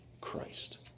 Christ